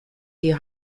die